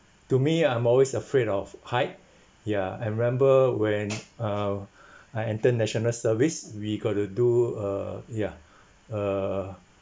to me I'm always afraid of height ya I remember when uh I enter national service we got to do a ya a